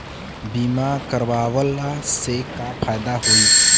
बीमा करवला से का फायदा होयी?